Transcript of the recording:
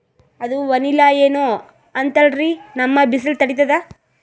ಅದು ವನಿಲಾ ಏನೋ ಅಂತಾರಲ್ರೀ, ನಮ್ ಬಿಸಿಲ ತಡೀತದಾ?